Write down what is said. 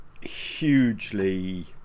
hugely